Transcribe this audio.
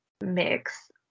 mix